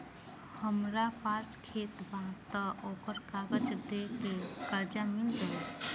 हमरा पास खेत बा त ओकर कागज दे के कर्जा मिल जाई?